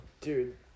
Dude